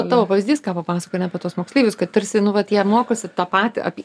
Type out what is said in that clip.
tavo pavyzdys ką papasakojai ar ne apie tuos moksleivius kad tarsi nu vat jie mokosi tą patį apie